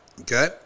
Okay